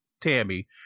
Tammy